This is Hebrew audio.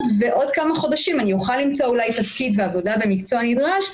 ועוד כמה חודשים אני אוכל למצוא אולי תפקיד ועבודה במקצוע נדרש,